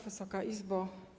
Wysoka Izbo!